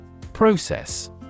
Process